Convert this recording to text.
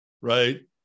right